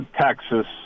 Texas